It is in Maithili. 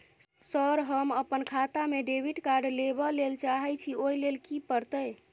सर हम अप्पन खाता मे डेबिट कार्ड लेबलेल चाहे छी ओई लेल की परतै?